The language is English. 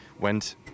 went